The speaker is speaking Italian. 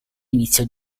inizio